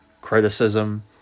criticism